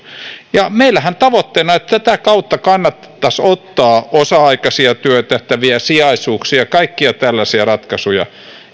meillähän tavoitteena on että tätä kautta kannattaisi ottaa osa aikaisia työtehtäviä sijaisuuksia kaikkia tällaisia ratkaisuja